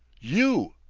you,